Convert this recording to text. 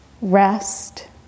Rest